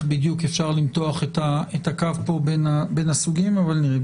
אפשר למתוח את הקו כאן בין הסוגים אבל נראה.